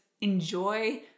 enjoy